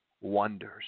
wonders